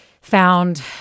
found